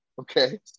Okay